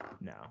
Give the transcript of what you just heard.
No